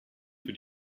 für